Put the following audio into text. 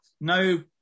no